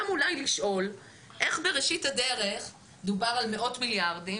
גם אולי לשאול איך בראשית הדרך דובר על מאות מיליארדים,